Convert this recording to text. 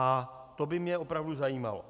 A to by mě opravdu zajímalo.